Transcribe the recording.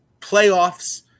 playoffs